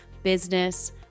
business